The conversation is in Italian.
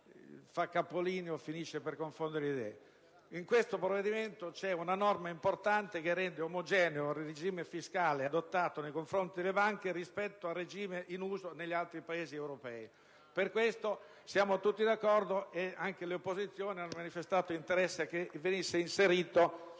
fa capolino e finisce per confondere le idee. In questo provvedimento c'è una norma importante che rende omogeneo un regime fiscale adottato nei confronti delle banche rispetto al regime in uso negli altri Paesi europei. Per questo siamo tutti d'accordo, e anche le opposizioni hanno manifestato interesse a che venisse inserita